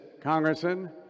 Congressman